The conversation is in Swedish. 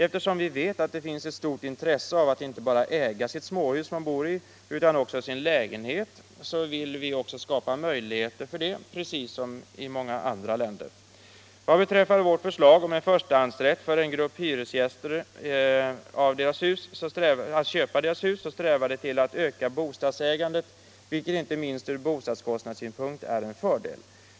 Eftersom vi vet att det finns ett stort intresse av att äga inte bara det småhus man bor i utan också den lägenhet man bor i vill vi skapa möjlighet för det här precis som i många andra länder. Vårt förslag om en förstahandsrätt för en grupp hyresgäster att köpa det hus de bor i strävar till att öka bostadsägandet, vilket inte minst ur bostadskostnadssynpunkt är en fördel.